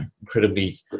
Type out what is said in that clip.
incredibly